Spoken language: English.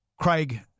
Craig